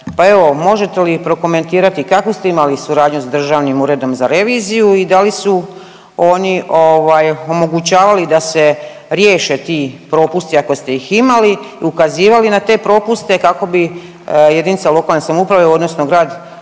možete li prokomentirati kakvu ste imali suradnju s Državnim uredom za reviziju i da li su oni ovaj omogućavali da se riješe ti propusti ako ste ih imali i ukazivali na te propuste kako bi jedinica lokalne samouprave odnosno grad